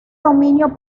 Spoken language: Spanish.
dominio